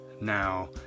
Now